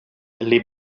les